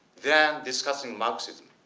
then discussing marxism.